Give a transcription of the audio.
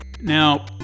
Now